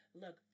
look